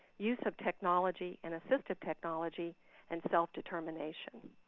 use of technology and assistive technology and self-determination.